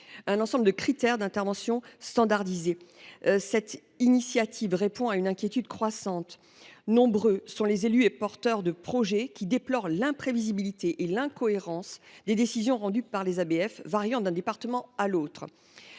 un ensemble de critères d’intervention standardisés. Cette initiative est une réponse à une inquiétude croissante : nombreux sont les élus et les porteurs de projet qui déplorent l’imprévisibilité et l’incohérence des décisions rendues par les ABF, lesquelles varient d’un département à l’autre.